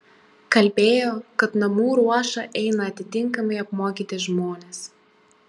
kalbėjo kad namų ruošą eina atitinkamai apmokyti žmonės